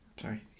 sorry